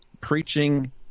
preaching